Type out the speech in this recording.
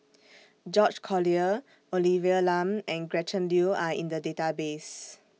George Collyer Olivia Lum and Gretchen Liu Are in The Database